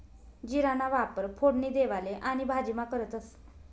जीराना वापर फोडणी देवाले आणि भाजीमा करतंस